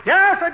Yes